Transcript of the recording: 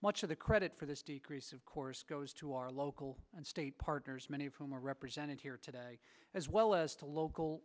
much of the credit for this decrease of course goes to our local and state partners many of whom are represented here today as well as to local